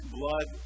blood